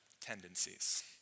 tendencies